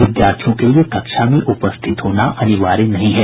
विद्यार्थियों के लिए कक्षा में उपस्थित होना अनिवार्य नहीं है